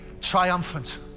triumphant